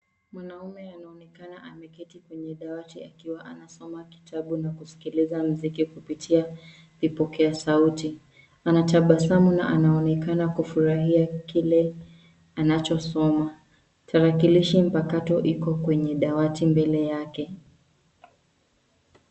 Mwanaume anaonekana ameketi kwenye dawati akiwa anasoma kitabu na kusikiliza muziki kupitia vipokea sauti. Anatabasamu na anaonekana kufurahia kile anachosoma. Tarakilishi mpakato iko kwenye dawati mbele yake.